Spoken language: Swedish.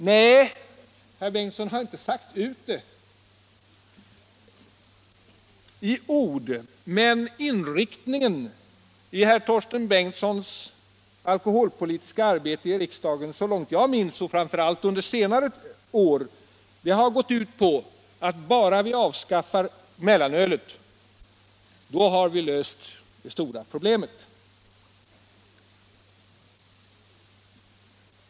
Nej, herr Bengtson har inte sagt ut det i ord, men inriktningen i hans alkoholpolitiska arbete i riksdagen så långt jag minns och framför allt under senare år har gått ut på att vi, om bara mellanölet avskaffas, har löst det stora problemet.